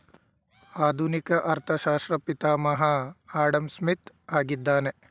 ಆಧುನಿಕ ಅರ್ಥಶಾಸ್ತ್ರ ಪಿತಾಮಹ ಆಡಂಸ್ಮಿತ್ ಆಗಿದ್ದಾನೆ